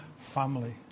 family